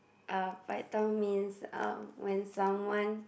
uh paitao means um when someone